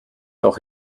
doch